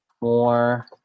more